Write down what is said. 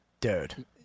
dude